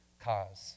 cause